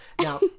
now